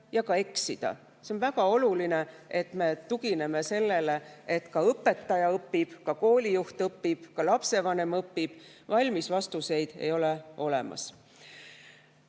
ja ka eksida. See on väga oluline, et me tugineme sellele, et ka õpetaja õpib, ka koolijuht õpib, ka lapsevanem õpib. Valmis vastuseid ei ole olemas.